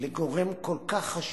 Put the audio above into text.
לגורם כל כך חשוב,